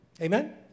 Amen